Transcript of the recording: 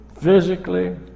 physically